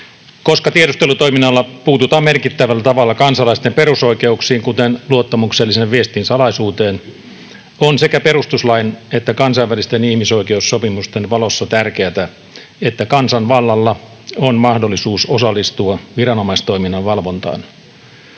Koska tiedustelutoiminnalla puututaan merkittävällä tavalla kansalaisten perusoikeuksiin, kuten luottamuksellisen viestin salaisuuteen, on sekä perustuslain että kansainvälisten ihmisoikeussopimusten valossa tärkeätä, että kansanvallalla on mahdollisuus osallistua viranomaistoiminnan valvontaan.